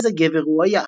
איזה גבר הוא היה",